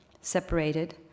separated